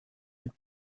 mit